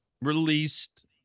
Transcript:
released